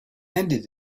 ended